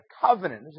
covenant